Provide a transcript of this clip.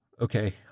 Okay